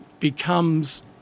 becomes